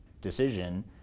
decision